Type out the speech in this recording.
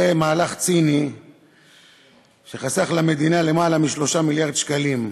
זה מהלך ציני שחסך למדינה למעלה מ-3 מיליארד שקלים,